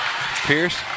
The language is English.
Pierce